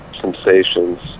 sensations